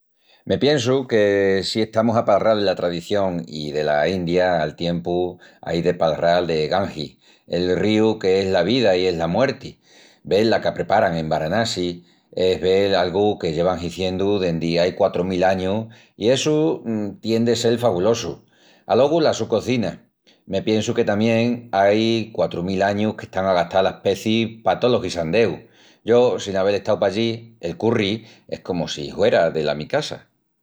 Me piensu que si estamus a palral dela tradición i dela India al tiempu ai de palral de Gangis, el ríu que es la vida i es la muerti. Vel la qu'apreparan en Varanasi es vel algu que llevan hiziendu dendi ai quatru mil añus i essu tien de sel fabulosu. Alogu la su cozina, me piensu que tamién ai quatru mil añus qu'están a gastal aspecis pa tolos guisandeus. Yo, sin avel estau pallí, el curri es comu si huera dela mi casa.